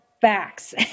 facts